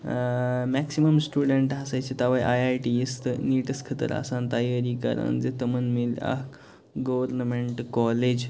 maximum student ہسا چھِ تَوے آیۍ آیۍ ٹِیَس تہٕ نیٖٹَس خٲطرٕ آسان تیاری کران زِ تِمَن میٚلہِ اَکھ گورمیٚنٛٹ کالج